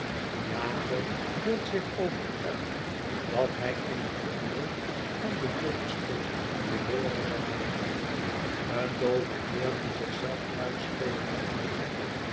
iago hield zich overtuigd dat hij in het tooneel van den dolksteek furore zou maken een doove heer die zich zelf huitspelen had geleerd